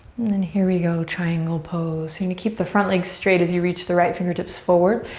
then here we go. triangle pose. you're gonna keep the front leg straight as you reach the right fingertips forward.